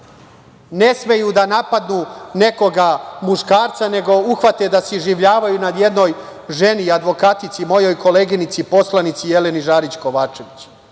ne smeju da napadnu nekog muškarca, nego uhvate da se iživljavaju nad jednoj ženi, advokatici, mojoj koleginici i poslanici Jeleni Žarić Kovačević. Dva